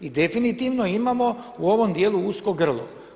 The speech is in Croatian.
I definitivno imamo u ovom dijelu usko grlo.